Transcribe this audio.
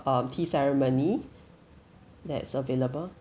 uh tea ceremony that's available